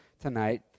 tonight